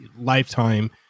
lifetime